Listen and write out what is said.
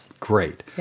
Great